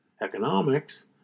economics